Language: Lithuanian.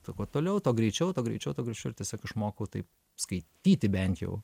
tai kuo toliau tuo greičiau tuo greičiau ir tiesiog išmokau taip skaityti bent jau